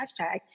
hashtag